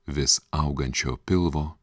vis augančio pilvo